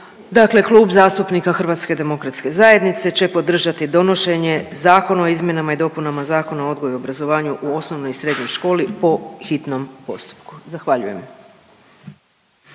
dakle Klub zastupnika HDZ-a će podržati donošenje Zakona o izmjenama i dopunama Zakona o odgoju i obrazovanju u osnovnoj i srednjoj školi po hitnom postupku. Zahvaljujem.